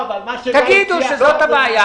תגידו שזאת הבעיה.